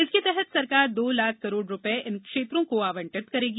इसके तहत सरकार दो लाख करोड़ रुपये इन क्षेत्रों को आवंटित करेगी